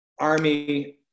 Army